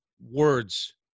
words